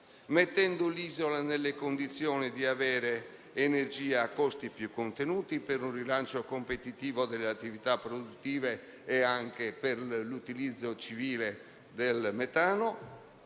mettendo l'isola nelle condizioni di avere energia a costi più contenuti, per un rilancio competitivo delle attività produttive e anche per l'utilizzo civile del metano.